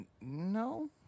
No